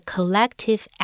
Collective